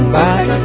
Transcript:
back